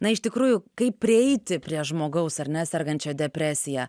na iš tikrųjų kaip prieiti prie žmogaus ar ne sergančio depresija